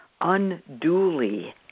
unduly